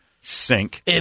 sink